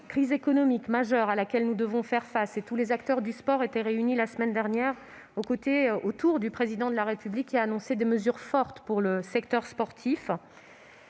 crise économique majeure, à laquelle nous devons faire face. Tous les acteurs du sport étaient réunis la semaine dernière autour du Président de la République, qui a annoncé des mesures fortes pour le secteur sportif,